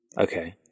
Okay